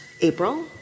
April